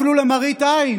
אפילו למראית עין